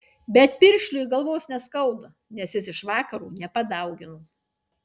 bet piršliui galvos neskauda nes jis iš vakaro nepadaugino